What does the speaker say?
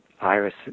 iris